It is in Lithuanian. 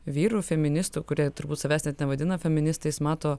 vyrų feministų kurie turbūt savęs net nevadina feministais mato